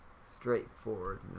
straightforward